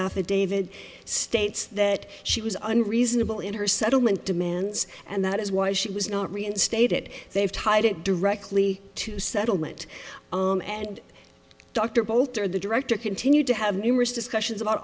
affidavit states that she was on reasonable in her settlement demands and that is why she was not reinstated they've tied it directly to settlement and dr bolter the director continued to have numerous discussions about